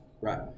Right